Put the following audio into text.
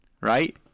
right